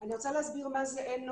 אני רוצה להסביר מה זה "אין נוהל".